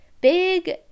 big